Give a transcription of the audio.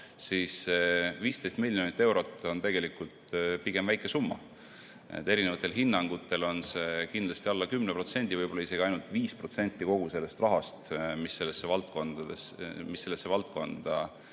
et 15 miljonit eurot on tegelikult pigem väike summa. Erinevatel hinnangutel on see kindlasti alla 10%, võib-olla isegi ainult 5% kogu sellest rahast, mis sellesse valdkonda